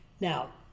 Now